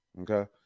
Okay